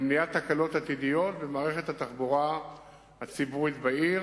ולמניעת תקלות עתידיות במערכת התחבורה הציבורית בעיר.